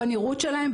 בנראות שלהם,